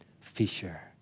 Fisher